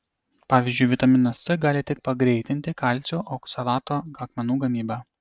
pavyzdžiui vitaminas c gali tik pagreitinti kalcio oksalato akmenų gamybą